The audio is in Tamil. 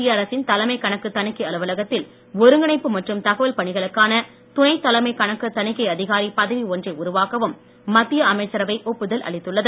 மத்திய அரசின் தலைமை கணக்கு தணிக்கை அலுவலகத்தில் ஒருங்கிணைப்பு மற்றும் தகவல் பணிகளுக்கான துணைத் தலைமை கணக்கு தணிக்கை அதிகாரி பதவி ஒன்றை உருவாக்கவும் மத்திய அமைச்சரவை ஒப்புதல் அளித்துள்ளது